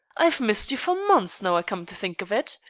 i've missed you for months, now i come to think of it.